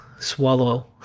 swallow